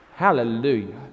Hallelujah